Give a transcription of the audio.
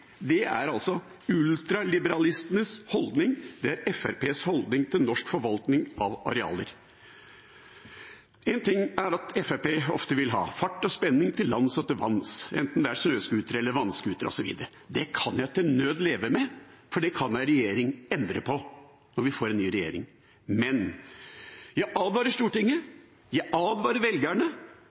Det er ultraliberalistenes holdning; det er Fremskrittspartiet holdning til norsk forvaltning av arealer. Én ting er at Fremskrittspartiet ofte vil ha fart og spenning til lands og til vanns, enten det er snøscootere eller vannscootere, osv. Det kan jeg til nød leve med, for det kan en regjering endre på når vi får en ny regjering. Men jeg advarer Stortinget, og jeg advarer velgerne,